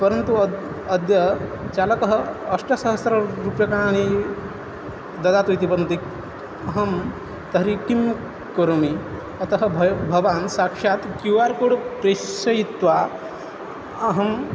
परन्तु अद् अद्य चालकः अष्टसहस्रं रूप्यकाणि ददातु इति वदन्ति अहं तर्हि किं करोमि अतः भय्व् भवान् साक्षात् क्यू आर् कोड् प्रेषयित्वा अहम्